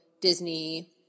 Disney